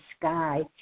sky